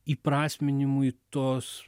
įprasminimui tos